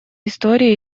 истории